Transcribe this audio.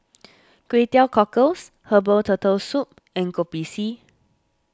Kway Teow Cockles Herbal Turtle Soup and Kopi C